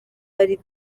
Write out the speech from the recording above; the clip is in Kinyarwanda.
hari